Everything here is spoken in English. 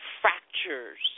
fractures